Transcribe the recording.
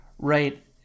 right